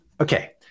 okay